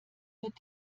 wird